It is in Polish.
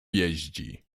jeździ